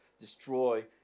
destroy